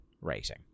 rating